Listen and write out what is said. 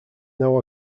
now